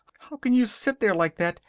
how can you sit there like that!